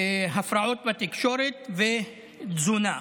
הפרעות בתקשורת ותזונה.